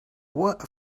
what